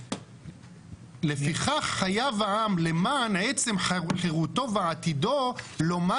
"לפיכך חייב העם למען עצם חירותו ועתידו לומר